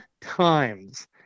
times